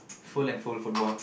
full and full football